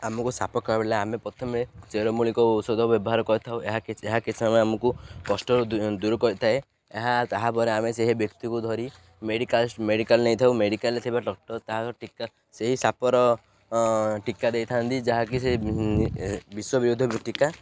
ଆମକୁ ସାପ କାମୁଡ଼ିଲେ ଆମେ ପ୍ରଥମେ ଚେରମୂଳିକ ଔଷଧ ବ୍ୟବହାର କରିଥାଉ ଏହା ଏହା କିଛି ସମୟରେ ଆମକୁ କଷ୍ଟ ଦୂର କରିଥାଏ ଏହା ତାହାପରେ ଆମେ ସେହି ବ୍ୟକ୍ତିକୁ ଧରି ମେଡ଼ିକାଲ୍ ମେଡ଼ିକାଲ୍ ନେଇଥାଉ ମେଡ଼ିକାଲ୍ରେ ଥିବା ଡ଼କ୍ଟର୍ ତା ଟୀକା ସେହି ସାପର ଟୀକା ଦେଇଥାନ୍ତି ଯାହାକି ସେ ବିଷବିରୋଧି ଟୀକା